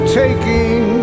taking